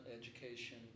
education